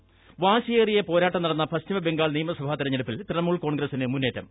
പശ്ചിമ ബംഗാൾ വാശിയേറിയ പോരാട്ടം നടന്ന പശ്ചിമ ബംഗാൾ നിയമസഭാ തെരഞ്ഞെടുപ്പിൽ തൃണമൂൽ കോൺഗ്രസ്റ്റിന് മുന്നേറ്റം